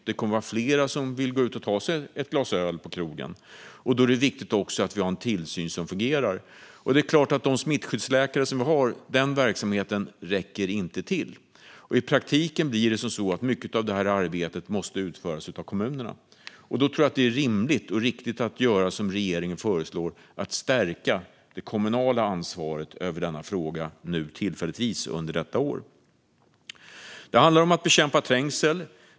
Det kommer att vara fler som vill ta sig ett glas öl på krogen. Då är det viktigt att vi har en tillsyn som fungerar. Verksamheten med smittskyddsläkare räcker inte till. I praktiken måste mycket av detta arbete utföras av kommunerna, och då tror jag att det är rimligt och riktigt att göra som regeringen föreslår: att tillfälligt under detta år stärka det kommunala ansvaret för denna fråga. Det handlar om att bekämpa trängsel.